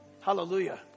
Hallelujah